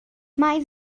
mae